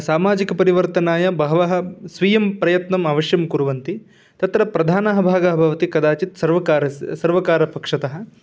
सामाजिकपरिवर्तनाय बहवः स्वीयं प्रयत्नम् अवश्यं कुर्वन्ति तत्र प्रधानः भागः भवति कदाचित् सर्वकारस्य सर्वकारपक्षतः